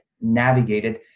navigated